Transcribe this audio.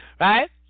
right